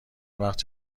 وقت